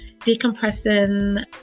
decompressing